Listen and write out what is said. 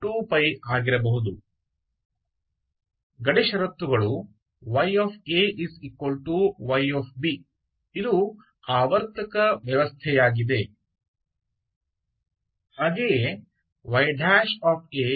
सीमा शर्तें ya y है क्योंकि यह पीरियोडिक सिस्टम है